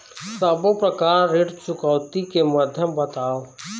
सब्बो प्रकार ऋण चुकौती के माध्यम बताव?